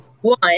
One